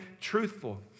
truthful